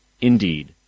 indeed